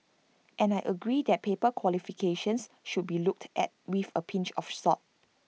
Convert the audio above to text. and I agree that paper qualifications should be looked at with A pinch of salt